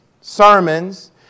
sermons